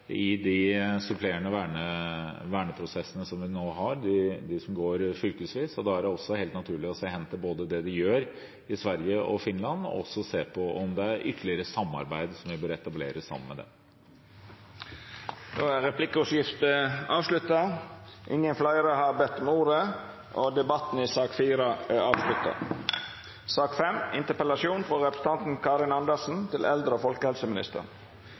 i de supplerende verneprosessene som nå går fylkesvis. Da er det også helt naturlig å se hen til det de gjør i både Sverige og Finland, og se om vi bør etablere ytterligere samarbeid med dem. Replikkordskiftet er avslutta. Fleire har ikkje bedt om ordet til sak nr. 4. Ingen kan vel mene at piller skal brukes til erstatning for nødvendig omsorg og pleie. Det vi vet, er